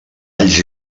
alls